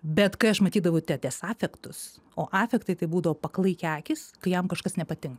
bet kai aš matydavau tetės afektus o afektai tai būdavo paklaikę akys kai jam kažkas nepatinka